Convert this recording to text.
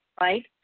right